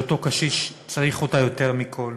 כשאותו קשיש צריך אותה יותר מכול.